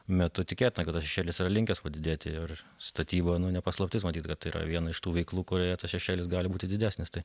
metu tikėtina kad tas šešėlis yra linkęs padidėti ir statyba nu ne paslaptis matytkad tai yra viena iš tų veiklų kurioje tas šešėlis gali būti didesnis tai